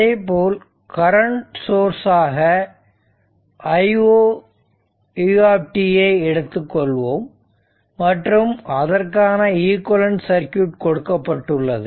அதேபோல் current source ஆக i0u ஐ எடுத்துக்கொள்வோம் மற்றும் அதற்கான ஈக்விவலெண்ட் சர்க்யூட் கொடுக்கப்பட்டுள்ளது